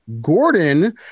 gordon